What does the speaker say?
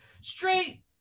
straight